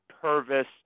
Purvis